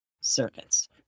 circuits